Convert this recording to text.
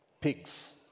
Pigs